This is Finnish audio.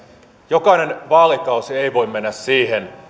jokainen vaalikausi ei voi mennä siihen